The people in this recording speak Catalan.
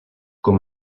com